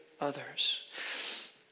others